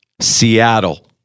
Seattle